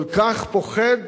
כל כך פוחד